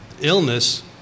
illness